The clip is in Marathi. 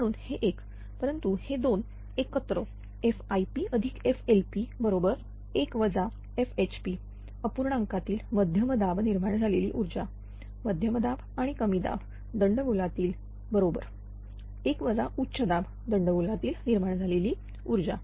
म्हणून हे 1 परंतु हे 2 एकत्र FIPFLPबरोबर 1 FHP अपूर्णांकतील मध्यमदाब निर्माण झालेली ऊर्जा मध्यम दाब आणि कमी दाब दंड गोलातील बरोबर 1 वजा उच्च दाब दंड गोलातील निर्माण झालेली ऊर्जा